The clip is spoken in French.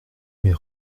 mais